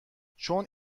چون